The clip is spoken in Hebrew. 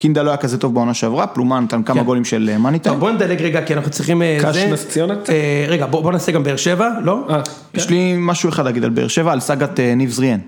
קינדה לא הייתה כזה טוב בעונה שעברה, פלומאנט על כמה גולים של מניטה. טוב בוא נדלג רגע, כי אנחנו צריכים איזה... ק״ש נס ציונה? רגע, בוא נעשה גם באר שבע, לא? אה, יש לי משהו אחד להגיד על באר שבע, על סאגת ניב זריאן.